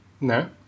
No